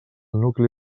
nucli